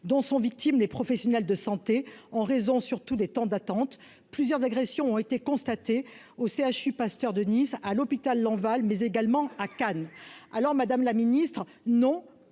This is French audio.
dont sont victimes les professionnels de santé, en raison surtout des temps d'attente plusieurs agressions ont été constatés au CHU Pasteur de Nice à l'hôpital Lenval, mais également à Cannes alors Madame la Ministre, non